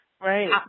Right